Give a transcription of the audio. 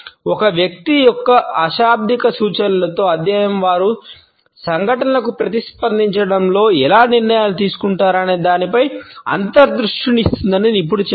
ఒక వ్యక్తి యొక్క అశాబ్దిక సూచనలలో అధ్యయనం వారు సంఘటనలకు ప్రతిస్పందించడంలో ఎలా నిర్ణయాలు తీసుకుంటారనే దానిపై అంతర్దృష్టిని ఇస్తుందని నిపుణుడు చెప్పారు